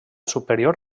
superior